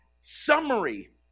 summary